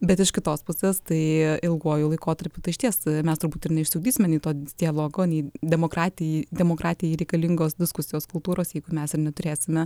bet iš kitos pusės tai ilguoju laikotarpiu tai išties mes turbūt ir neišsiugdysime nei to dialogo nei demokratijai demokratijai reikalingos diskusijos kultūros jeigu mes ir neturėsime